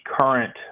current